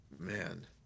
Man